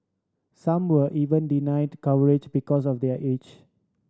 some were even denied coverage because of their age